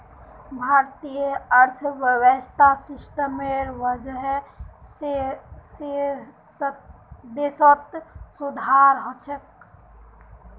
भारतीय अर्थव्यवस्था सिस्टमेर वजह देशत सुधार ह छेक